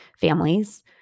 families